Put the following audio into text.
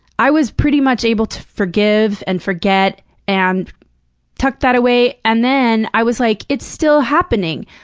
i was pretty much able to forgive and forget and tuck that away. and then, i was like, it's still happening.